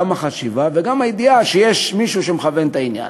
גם החשיבה וגם הידיעה שיש מישהו שמכוון את העניין.